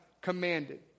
commanded